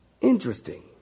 Interesting